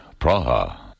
Praha